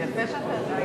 לא אמרתי שום דבר.